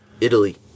Italy